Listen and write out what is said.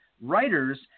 writers